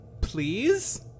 Please